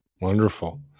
wonderful